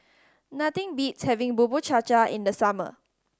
nothing beats having Bubur Cha Cha in the summer